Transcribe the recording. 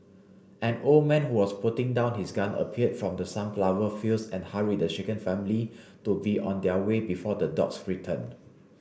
an old man who was putting down his gun appeared from the sunflower fields and hurried the shaken family to be on their way before the dogs return